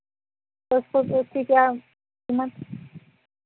तो उसको उसकी क्या कीमत